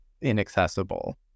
inaccessible